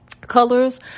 colors